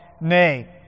Nay